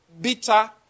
bitter